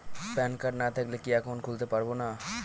Pan card না থাকলে কি একাউন্ট খুলতে পারবো না?